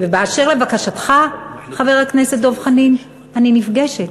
באשר לבקשתך, חבר הכנסת דב חנין, אני נפגשת.